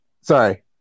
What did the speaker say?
Sorry